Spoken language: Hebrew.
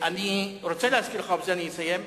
אני רוצה להזכיר לך, ובזה אני אסיים: